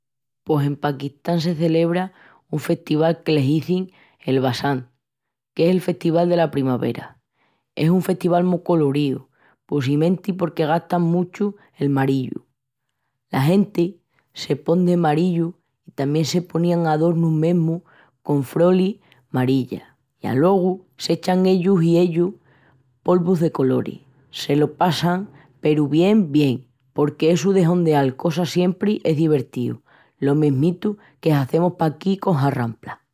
Pos en Pakistán se celebra un festival que l'izin el Basánt, que es el Festival dela primavera. Es un festival mu coloríu, possimenti porque gastan muchu el marillu. La genti se pon de marillu i tamién se ponin adornus mesmu con frolis marillas. I alogu s'echan ellus i ellus polvus de coloris. Se lo passan peru bien bien porque essu de hondeal cosas siempri es divertíu lo mesmitu que hazemus paquí col Harramplas!